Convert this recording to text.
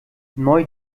neu